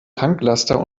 tanklaster